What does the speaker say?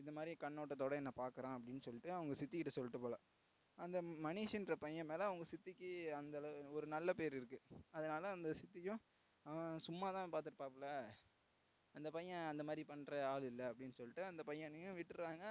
இந்தமாதிரி கண்ணோட்டத்தோட என்ன பார்க்குறான் அப்படின்னு சொல்லிட்டு அவங்க சித்திக்கிட்ட சொல்லிட்டு போல் அந்த மனிஷ்ன்ற பையன் மேலே அவங்க சித்திக்கு அந்தளவு ஒரு நல்ல பேர் இருக்கு அதனால் அந்த சித்தியும் அவன் சும்மாதான் பார்த்துருப்பாப்புல அந்த பையன் அந்தமாதிரி பண்ணுற ஆள் இல்லை அப்படின்னு சொல்லிட்டு அந்த பையனையும் விட்டுர்றாங்க